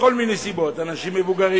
מכל מיני סיבות, אנשים מבוגרים,